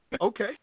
Okay